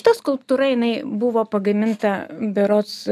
ta skulptūra jinai buvo pagaminta berods